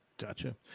Gotcha